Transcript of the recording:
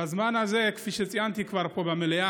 בזמן הזה, כפי שכבר ציינתי פה במליאה,